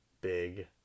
big